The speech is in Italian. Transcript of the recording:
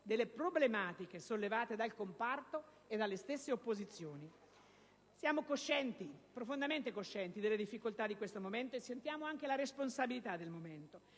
delle problematiche sollevate dal comparto e dalle stesse opposizioni. Siamo profondamente coscienti delle difficoltà di questo momento e ne sentiamo anche la responsabilità e tutto